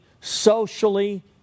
socially